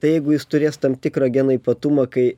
tai jeigu jis turės tam tikrą geno ypatumą kai